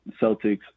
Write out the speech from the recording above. Celtics